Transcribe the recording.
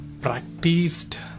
practiced